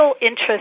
interest